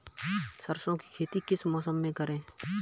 सरसों की खेती किस मौसम में करें?